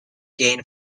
gained